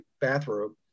bathrobe